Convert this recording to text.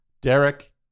Derek